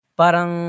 parang